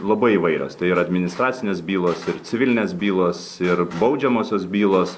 labai įvairios tai ir administracinės bylos ir civilinės bylos ir baudžiamosios bylos